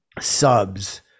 subs